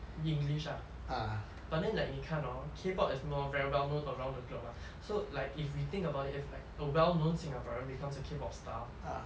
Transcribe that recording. like english ah but then like 你看 hor K pop is more very well known around the globe mah so like if we think about if like a well known singaporean becomes a K pop star